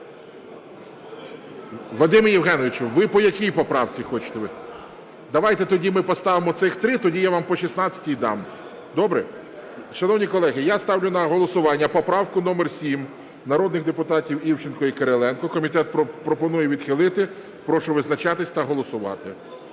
Вадиме Євгеновичу, ви по якій поправці хочете? Давайте тоді ми поставимо цих три, тоді я вам по 16-й дам. Добре? Шановні колеги, я ставлю на голосування поправку номер 7 народних депутатів Івченка і Кириленка. Комітет пропонує відхилити. Прошу визначатись та голосувати.